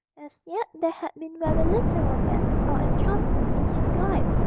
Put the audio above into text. as yet there had been very little romance or enchantment in his life,